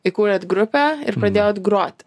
įkūrėt grupę ir pradėjot groti